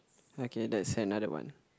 okay that's another one